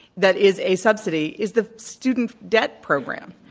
that is a subsidy, is the student debt program.